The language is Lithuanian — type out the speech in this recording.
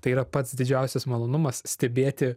tai yra pats didžiausias malonumas stebėti